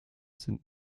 sind